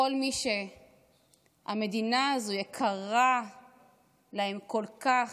כל מי שהמדינה הזו יקרה להם כל כך,